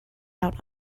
out